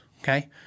okay